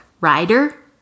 rider